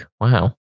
Wow